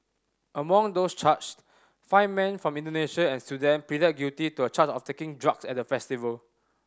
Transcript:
among those charged five men from Indonesia and Sudan pleaded guilty to a charge of taking drug at the festival